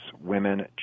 women